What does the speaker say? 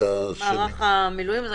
מערך המילואים.